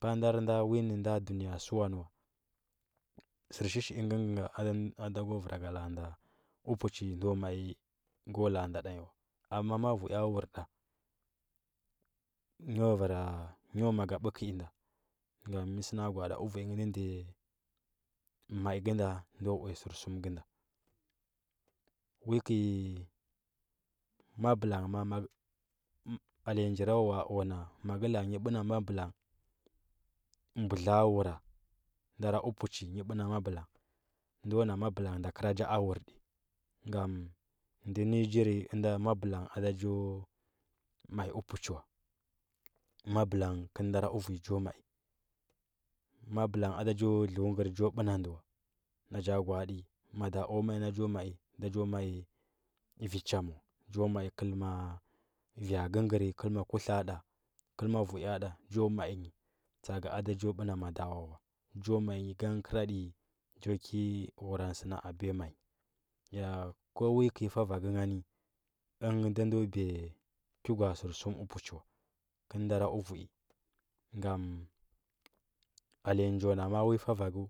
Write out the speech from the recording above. Padara nda win da dunaya səwa nə wa sər shishi ingə ngə nga a da go vd ra ga la. a dpuchi ndo mai go la. a da nyi wa amma ma ivur wur da nghe maga bə kdinda ngam mə sə na gwa adi dwui ngə də ndiya mai kb nda ya ndo uya sərsum gə nda wu kai mablang ma mag njirawawa, a o na ma ngə la. a nyi bə na mablang mbudla nda ra əouchi nyi bə na mablang ndo na mablan nda kəra ja a wurdi ngam ndə nyi njiri dnda mbablang ada njo mai ə puchi wa mablang kəl ndara ə vui njo mai mablang ada njo lugərə njo bə na ndə wa na ja gwa. adi mada o main a njo mai da njo lugərə njo bə nan de wa na ja gwa, ad mada o main njo ma da njo bə na ndə wa nan ja gwaadi mai da njo bə na vi chamdu wa kəl ma vi gegerə kəl ma kutla da kəl ma vuu da njo mai nyi tsa, aga ada njo bə na madawa wan jo mai nyi tsa. aga ada njo bə na madawa njo mao nyo gagra diya cho kə iiuuran səna abiya da ndo biya ki gware sərsum t puchi wa kəl ndara əuui ngam alenya nji na ma. a wi fafagə